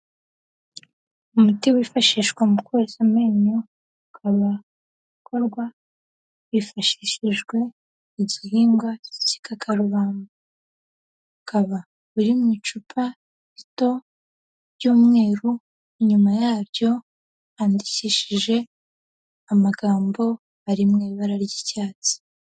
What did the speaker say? Umuti wifashishwa mu koza amenyo ukaba ukorwa hifashishijwe igihingwa k'igikakarubamba, ukaba uri mu icupa rito ry'umweru. Inyuma yabyo handikishije amagambo ari mu ibara ry'icyatsi.